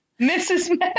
Mrs